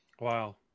Wow